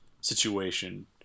situation